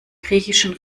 griechischen